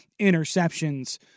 interceptions